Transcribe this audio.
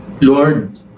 Lord